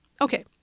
Okay